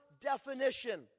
definition